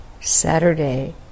Saturday